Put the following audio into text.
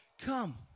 come